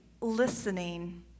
listening